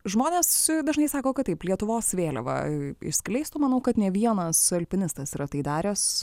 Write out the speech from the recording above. žmonės dažnai sako kad taip lietuvos vėliavą išskleistų manau kad ne vienas alpinistas yra tai daręs